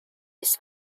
his